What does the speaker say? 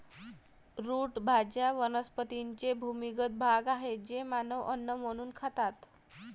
route भाज्या वनस्पतींचे भूमिगत भाग आहेत जे मानव अन्न म्हणून खातात